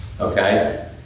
okay